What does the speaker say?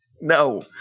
No